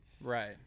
right